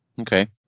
Okay